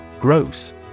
Gross